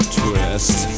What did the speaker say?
twist